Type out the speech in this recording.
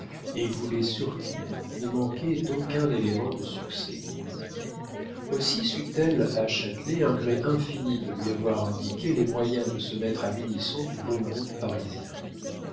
et voulait surtout ne manquer d'aucun élément de succès aussi sut-elle à châtelet un gré infini de lui avoir indiqué les moyens de se mettre à l'unisson du beau monde parisien